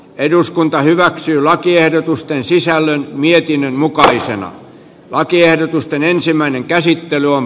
eduskunta hyväksyy lakiehdotusten sisällön mietinnön mukaisena lakiehdotusten ensimmäinen käsittely on